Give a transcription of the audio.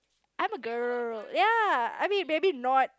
I'm a girl ya I mean maybe not